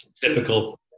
Typical